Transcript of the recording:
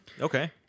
Okay